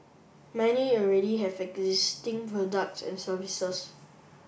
many already have existing products and services